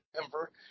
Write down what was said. Denver